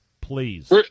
please